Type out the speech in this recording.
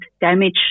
damage